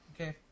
Okay